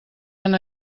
han